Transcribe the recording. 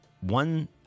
one